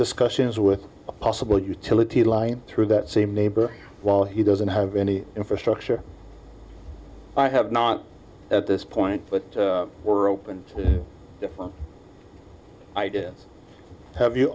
discussions with a possible utility line through that same neighbor while he doesn't have any infrastructure i have not at this point but we're open to ideas have you